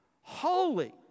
holy